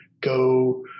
go